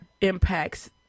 impacts